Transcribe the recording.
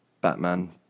Batman